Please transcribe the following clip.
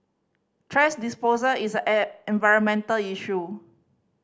thrash disposal is an environmental issue